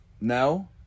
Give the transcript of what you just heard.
No